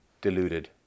deluded